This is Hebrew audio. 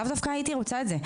לאו דווקא הייתי רוצה את זה.